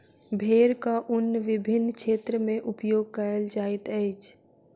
भेड़क ऊन विभिन्न क्षेत्र में उपयोग कयल जाइत अछि